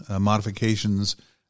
modifications